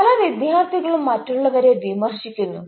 പല വിദ്യാർത്ഥികളും മറ്റുള്ളവരെ വിമർശിക്കുന്നു